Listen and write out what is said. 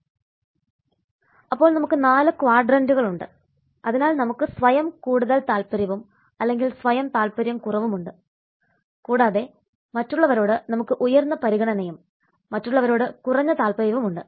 അപ്പോൾ നമുക്ക് 4 ക്വാഡ്രന്റുകൾ ഉണ്ട് അതിനാൽ നമുക്ക് സ്വയം കൂടുതൽ താൽപ്പര്യവും അല്ലെങ്കിൽ സ്വയം താല്പര്യം കുറവുമുണ്ട് കൂടാതെ മറ്റുള്ളവരോട് നമുക്ക് ഉയർന്ന പരിഗണനയും മറ്റുള്ളവരോട് കുറഞ്ഞ താത്പര്യവുമുണ്ട്